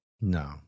No